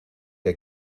que